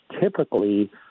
typically